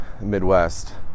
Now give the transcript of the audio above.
Midwest